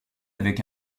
avec